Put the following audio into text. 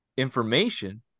Information